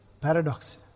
Paradox